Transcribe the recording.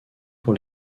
pour